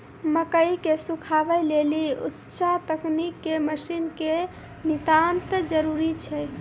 मकई के सुखावे लेली उच्च तकनीक के मसीन के नितांत जरूरी छैय?